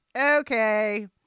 Okay